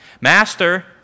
Master